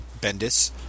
Bendis